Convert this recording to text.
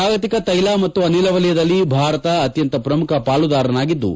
ಜಾಗತಿಕ ತ್ಯೆಲ ಮತ್ತು ಅನಿಲ ವಲಯದಲ್ಲಿ ಭಾರತ ಅತ್ನಂತ ಪ್ರಮುಖ ಪಾಲುದಾರನಾಗಿದ್ಲು